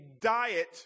diet